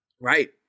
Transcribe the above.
Right